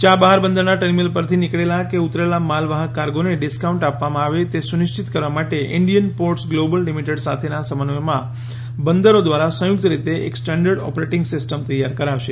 Chabahar બંદરના terminal પરથી નીકળેલા કે ઉતરેલા માલવાહક કાર્ગોને ડિસ્કાઉન્ટ આપવામાં આવે તે સુનિશ્ચિત કરવા માટે ઇંડિયન પોર્ટસ ગ્લોબલ લિમિટેડ સાથેના સમન્વયમાં બંદરો દ્વારા સંયુક્ત રીતે એક સ્ટાન્ડર્ડ ઑપરેટિંગ સિસ્ટમ તૈયાર કરશે